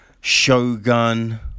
Shogun